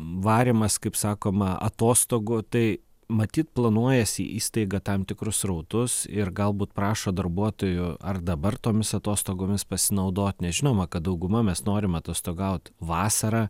varymas kaip sakoma atostogų tai matyt planuojasi įstaiga tam tikrus srautus ir galbūt prašo darbuotojų ar dabar tomis atostogomis pasinaudot nes žinoma kad dauguma mes norim atostogaut vasarą